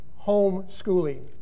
homeschooling